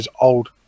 old